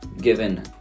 given